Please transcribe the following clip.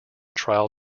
trial